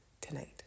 tonight